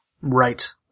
right